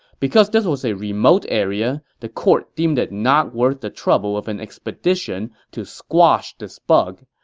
because this was a remote area, the court deemed it not worth the trouble of an expedition to squash this bug.